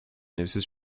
evsiz